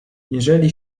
jeżeli